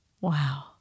Wow